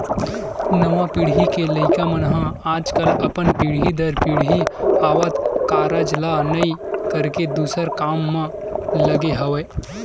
नवा पीढ़ी के लइका मन ह आजकल अपन पीढ़ी दर पीढ़ी आवत कारज ल नइ करके दूसर काम म लगे हवय